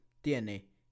tiene